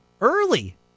early